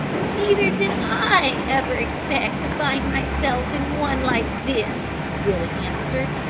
neither did i ever expect to find myself in one like this, billy answered,